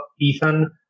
Ethan